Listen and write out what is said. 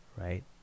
Right